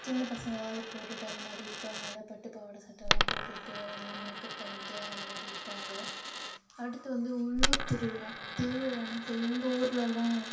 சின்ன பசங்கள் அதை போட்டுகிட்டு அந்த மாதிரி இருப்பாங்க நல்ல பட்டு பாவாடை சட்டைலாம் போட்டுகிட்டு நல்லா மேக்கப் பண்ணிக்கிட்டு அந்த மாதிரி இருப்பாங்க அடுத்து வந்து உள்ளூர் திருவிழா திருவிழானால் இப்போது எங்கள் ஊருலெல்லாம்